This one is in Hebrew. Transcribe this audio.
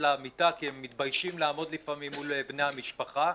למיטה כי הם מתביישים לפעמים לעמוד מול בני המשפחה.